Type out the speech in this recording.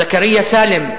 זכריא סאלם,